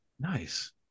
Nice